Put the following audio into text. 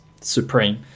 supreme